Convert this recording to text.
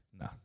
No